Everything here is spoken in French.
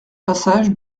passage